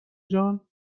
جان